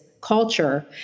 culture